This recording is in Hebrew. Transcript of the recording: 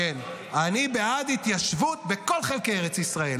כן, אני בעד התיישבות בכל חלקי ארץ ישראל.